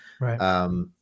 Right